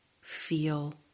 feel